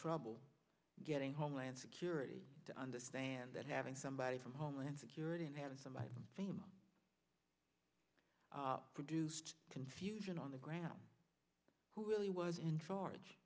trouble getting homeland security to understand that having somebody from homeland security and having somebody produced confusion on the ground who really was in farge